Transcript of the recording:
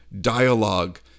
dialogue